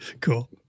Cool